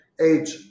age